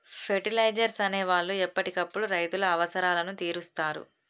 fertilisers అనే వాళ్ళు ఎప్పటికప్పుడు రైతుల అవసరాలను తీరుస్తారు